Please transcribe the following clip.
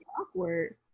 awkward